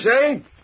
say